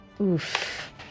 Oof